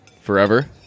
forever